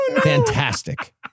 Fantastic